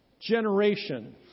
generation